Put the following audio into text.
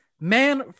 man